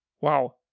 Wow